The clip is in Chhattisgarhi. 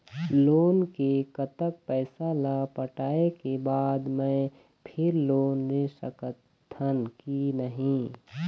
लोन के कतक पैसा ला पटाए के बाद मैं फिर लोन ले सकथन कि नहीं?